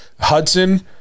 Hudson